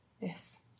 Yes